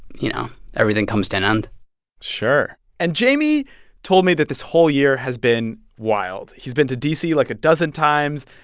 you know, everything comes to an end sure and jayme told me that this whole year has been wild. he's been to d c, like, a dozen times.